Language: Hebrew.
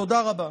תודה רבה.